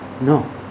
No